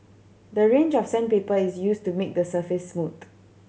the range of sandpaper is used to make the surface smooth